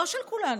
לא של כולנו,